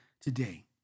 today